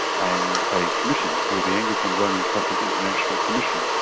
and a commission, called the anglican-roman catholic international commission,